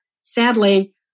sadly